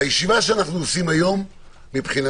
הישיבה שאנו עושים היום מבחינתי,